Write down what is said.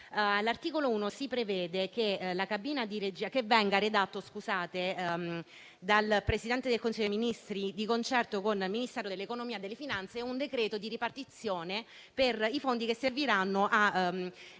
All'articolo 1 si prevede che venga redatto dal Presidente del Consiglio dei ministri, di concerto con il Ministero dell'economia e delle finanze, un decreto di ripartizione per i fondi che serviranno a